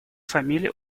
фамилии